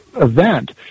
event